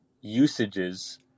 usages